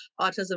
autism